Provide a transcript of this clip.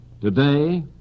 Today